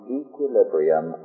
equilibrium